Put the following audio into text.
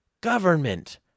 government